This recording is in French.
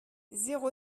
zéro